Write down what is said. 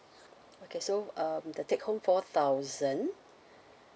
okay so um the take home four thousand